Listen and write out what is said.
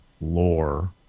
lore